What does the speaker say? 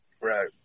Right